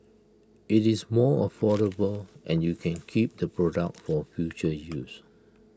IT is more affordable and you can keep the products for future use